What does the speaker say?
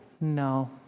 No